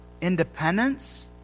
independence